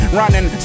running